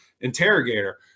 interrogator